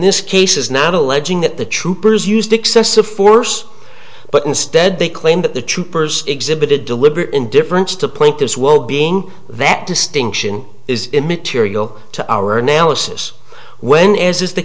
that the troopers used excessive force but instead they claim that the troopers exhibited deliberate indifference to point this well being that distinction is immaterial to our analysis when as